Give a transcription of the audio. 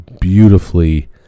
beautifully